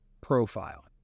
profile